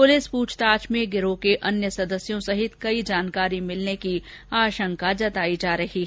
प्रलिस प्रछताछ में गिरोह के अन्य सदस्यों सहित कई जानकारी भिलने की आशंका जताई जा रही है